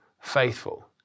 faithful